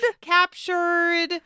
Captured